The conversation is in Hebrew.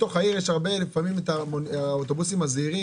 בנתיב המהיר אפשר לעצור בבודקה בכניסה,